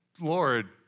Lord